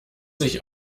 sich